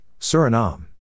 Suriname